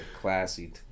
classy